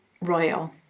royal